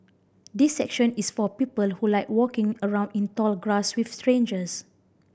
this session is for people who like walking around in tall grass with strangers